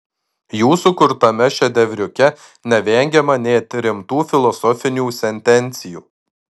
jų sukurtame šedevriuke nevengiama net rimtų filosofinių sentencijų